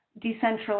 decentralized